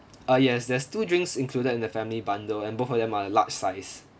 uh yes there's two drinks included in the family bundle and both of them are large size